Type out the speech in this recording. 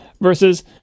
versus